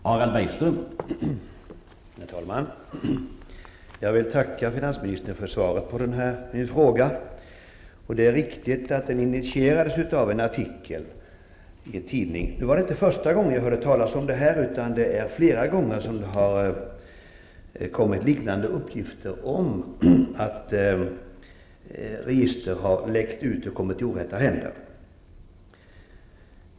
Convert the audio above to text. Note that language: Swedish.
Herr talman! Jag tackar finansministern för svaret på min fråga. Det är riktigt att den initierades av en artikel i en tidning. Det var inte första gången som jag hörde talas om detta. Det har flera gånger förekommit liknande uppgifter om att register har läckt ut och kommit i orätta händer.